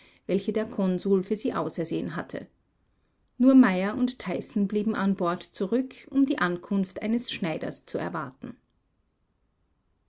welche der konsul für sie ausersehen hatte nur meyer und tyson blieben an bord zurück um die ankunft eines schneiders zu erwarten